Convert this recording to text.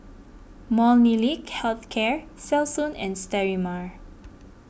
Molnylcke Health Care Selsun and Sterimar